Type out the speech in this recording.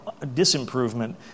disimprovement